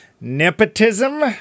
Nepotism